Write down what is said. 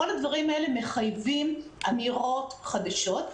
כל הדברים האלה מחייבים אמירות חדשות.